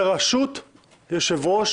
בראשות יושב-ראש